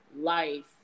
life